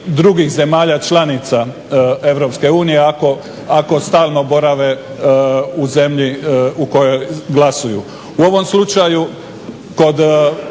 drugih zemalja članica EU ako stalno borave u zemlji u kojoj glasuju. U ovom slučaju kod